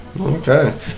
Okay